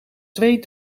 twee